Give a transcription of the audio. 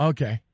Okay